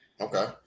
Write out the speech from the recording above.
okay